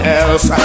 else